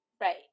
right